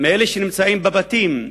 מאלה שנמצאים בבתים,